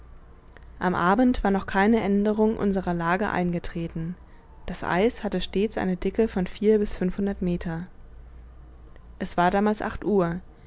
am abend war noch keine aenderung unserer lage eingetreten das eis hatte stets eine dicke von vier bis fünfhundert meter es war damals acht uhr